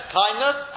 kindness